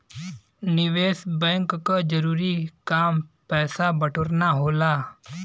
निवेस बैंक क जरूरी काम पैसा बटोरना होला